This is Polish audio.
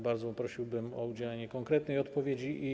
Bardzo prosiłbym o udzielenie konkretnej odpowiedzi te pytania.